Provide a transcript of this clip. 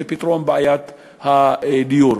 לפתרון בעיית הדיור.